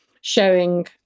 showing